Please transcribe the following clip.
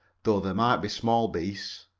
though there might be small beasts.